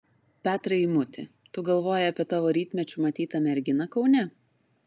petrai eimuti tu galvoji apie tavo rytmečiu matytą merginą kaune